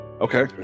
okay